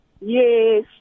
Yes